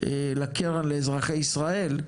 לקרן לאזרחי ישראל,